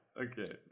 Okay